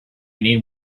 need